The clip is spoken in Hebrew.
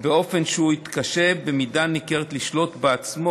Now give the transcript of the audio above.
באופן שהוא התקשה במידה ניכרת לשלוט בעצמו,